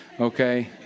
Okay